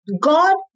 God